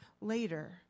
later